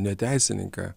ne teisininką